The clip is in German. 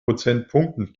prozentpunkten